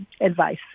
advice